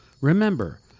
remember